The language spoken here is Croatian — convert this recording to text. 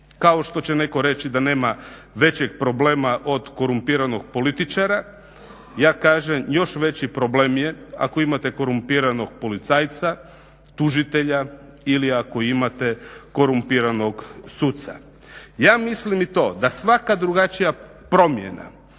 Kao što će netko reći da nema većeg problema od korumpiranog političara, ja kažem još veći problem je ako imate korumpiranog policajca, tužitelja ili ako imate korumpiranog suca. Ja mislim i to da svaka drugačija promjena